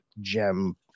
gem